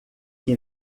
que